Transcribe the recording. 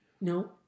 No